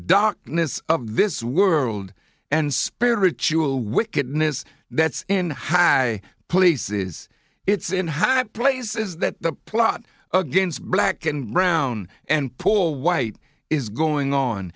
dock of this world and spiritual wickedness that's in high places it's in high places that the plot against black and brown and poor white is going on